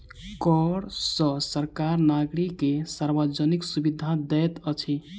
कर सॅ सरकार नागरिक के सार्वजानिक सुविधा दैत अछि